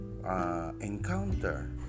Encounter